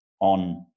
On